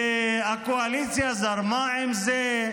והקואליציה זרמה עם זה.